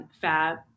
Fab